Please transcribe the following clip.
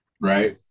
right